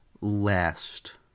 last